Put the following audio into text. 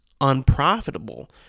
unprofitable